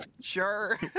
sure